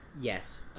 Yes